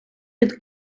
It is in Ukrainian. під